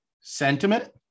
sentiment